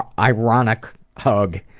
ironic hug?